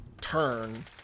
turn